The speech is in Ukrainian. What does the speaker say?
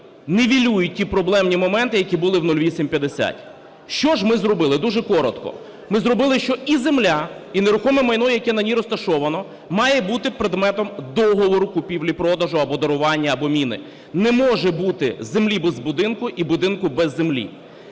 нівелюють ті проблемні моменти, які були в 0850. Що ж ми зробили? Дуже коротко. Ми зробили, що і земля, і нерухоме майно, яке на ній розташоване, має бути предметом договору купівлі-продажу або дарування, або міни. Не може бути землі без будинку і будинку без землі.